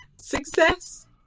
Success